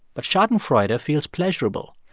but schadenfreude ah feels pleasurable.